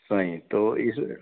सही तो इस